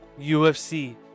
UFC